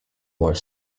more